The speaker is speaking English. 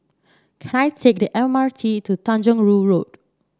can I take the M R T to Tanjong Rhu Road